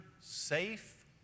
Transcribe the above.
safe